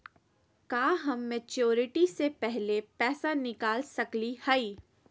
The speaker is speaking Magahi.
का हम मैच्योरिटी से पहले पैसा निकाल सकली हई?